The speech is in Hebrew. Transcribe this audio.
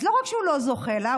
אז לא רק שהוא לא זוכה לה,